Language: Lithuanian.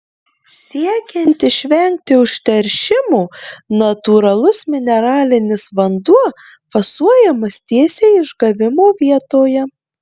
siekiant išvengti užteršimo natūralus mineralinis vanduo fasuojamas tiesiai išgavimo vietoje